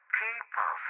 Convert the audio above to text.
people